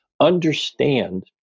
Understand